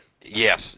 Yes